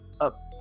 up